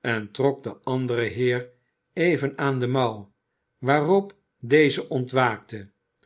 en trok den anderen heer even aan de mouw waarop deze ontwaakte